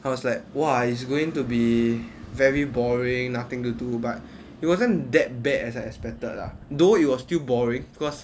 I was like !wah! it's going to be very boring nothing to do but it wasn't that bad as I expected lah though it was still boring cause